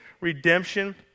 redemption